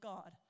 God